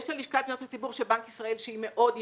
יש לשכת פניות הציבור של בנק ישראל שהיא מאוד יעילה.